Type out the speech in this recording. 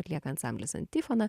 atlieka ansamblis antifona